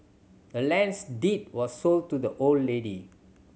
the land's deed was sold to the old lady